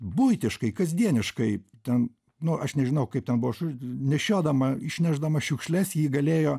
buitiškai kasdieniškai ten nu aš nežinau kaip ten buvo nešiodama išnešdama šiukšles ji galėjo